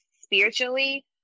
spiritually